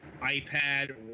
iPad